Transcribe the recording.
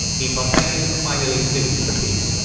the pompeians finally sued for peace.